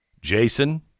Jason